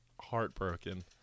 heartbroken